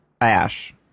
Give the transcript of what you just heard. Ash